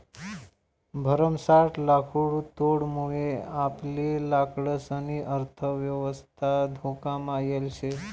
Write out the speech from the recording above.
भरमसाठ लाकुडतोडमुये आपली लाकडंसनी अर्थयवस्था धोकामा येल शे